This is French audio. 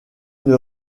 une